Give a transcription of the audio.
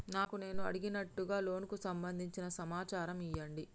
నాకు నేను అడిగినట్టుగా లోనుకు సంబందించిన సమాచారం ఇయ్యండి?